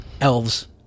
elves